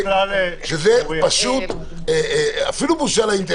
שזאת אפילו בושה לאינטליגנציה.